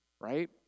right